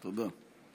תודה.